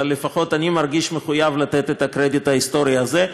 אבל לפחות אני מרגיש מחויב לתת את הקרדיט ההיסטורי הזה.